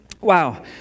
wow